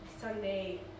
Sunday